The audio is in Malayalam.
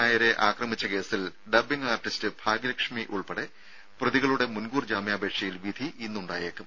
നായരെ ആക്രമിച്ച കേസിൽ സിനിമാ ഡബ്ബിംഗ് ആർട്ടിസ്റ്റ് ഭാഗ്യലക്ഷ്മി ഉൾപ്പെടെ പ്രതികളുടെ മുൻകൂർ ജാമ്യാപേക്ഷയിൽ വിധി ഇന്ന് ഉണ്ടായേക്കും